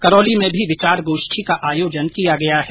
करौली में भी विचार गोष्ठी का आयोजन किया गया है